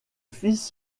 fils